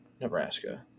Nebraska